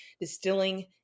distilling